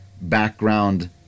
background